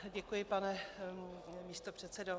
Děkuji, pane místopředsedo.